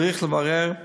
צריך לברר,